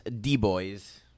D-Boys